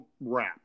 wrap